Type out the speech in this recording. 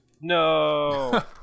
No